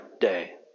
day